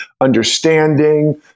understanding